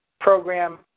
program